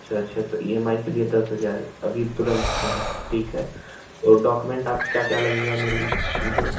अच्छा अच्छा तो ई एम आई के लिए दस हज़ार अभी तुरंत हाँ ठीक है और डॉक्यूमेंट आप क्या क्या लगेगा मेरे मुझे